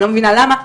אני לא מבינה למה,